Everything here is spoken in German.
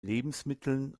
lebensmitteln